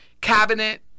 cabinet